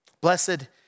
blessed